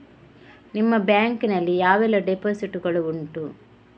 ನಿಮ್ಮ ಬ್ಯಾಂಕ್ ನಲ್ಲಿ ಯಾವೆಲ್ಲ ಡೆಪೋಸಿಟ್ ಗಳು ಉಂಟು?